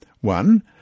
One